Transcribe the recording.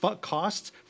costs